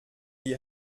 die